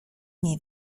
nie